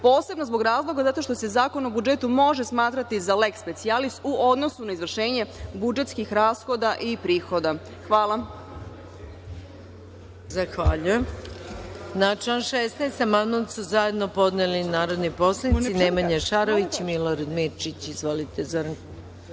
Posebno zbog razloga zato što se Zakon o budžetu može smatrati za leks specijalis u odnosu na izvršenje budžetskih rashoda i prihoda. Hvala. **Maja Gojković** Zahvaljujem. Na član 16. amandman su zajedno podneli narodni poslanici Nemanja Šarović i Milorad Mirčić. Izvolite,